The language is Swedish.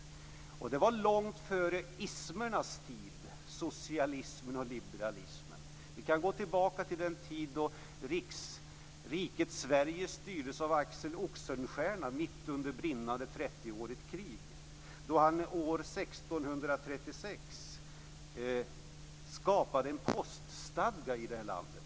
Det var långt före ismernas tid, socialismen och liberalismen. Vi kan gå tillbaka till den tid då riket Sverige styrdes av Axel Oxenstierna, som mitt under ett brinnande trettioårigt krig år 1636 skapade en poststadga i det här landet.